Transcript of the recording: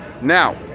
Now